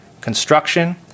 construction